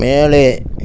மேலே